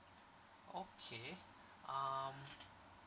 okay um